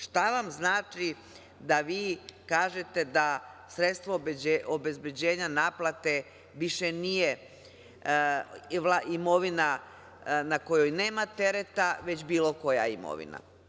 Šta vam znači da vi kažete da sredstvo obezbeđenja naplate više nije imovina na kojoj nema tereta, već bilo koja imovina?